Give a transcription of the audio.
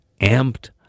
amped